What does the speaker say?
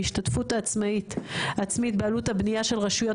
ההשתתפות העצמית בעלות הבניה של רשויות